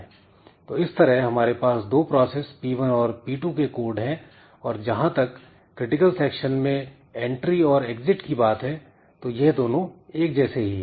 तो इस तरह हमारे पास दो प्रोसेस P1 और P2 के कोड है और जहां तक क्रिटिकल सेक्शन में एंट्री और एग्जिट की बात है तो यह दोनों एक जैसे ही है